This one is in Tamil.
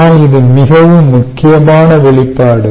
ஆனால் இது மிகவும் முக்கியமான வெளிப்பாடு